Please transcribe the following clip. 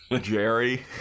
Jerry